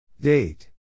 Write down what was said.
Date